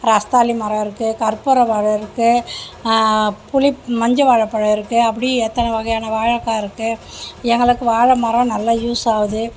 ரஸ்தாலி மரம் இருக்கு கற்பூரம் மரம் இருக்கு புளிப் மஞ்ச வாழைப்பழம் இருக்கு அப்படியே எத்தனை வகையான வாழக்காய் இருக்கு எங்களுக்கு வாழைமரம் நல்ல யூஸ் ஆவுது